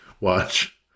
watch